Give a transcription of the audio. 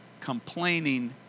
Complaining